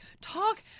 talk